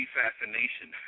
fascination